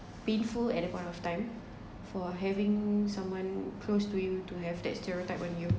painful at that point of time for having someone close to you to have that stereotype on you